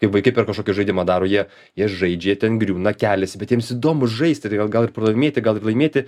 kaip vaikai per kažkokį žaidimą daro jie jie žaidžia jie ten griūna keliasi bet jiems įdomu žaisti tai gal ir pralaimėti gal ir laimėti